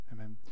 Amen